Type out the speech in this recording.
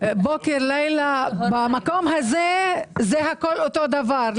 בוקר, לילה, במקום הזה הכול אותו דבר.